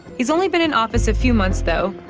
he's only been in office a few months, though,